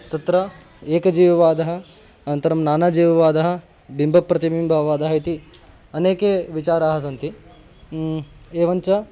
तत्र एकजीववादः अनन्तरं नानाजीववादः बिम्बप्रतिबिम्बवादः इति अनेके विचाराः सन्ति एवञ्च